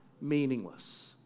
Meaningless